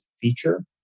feature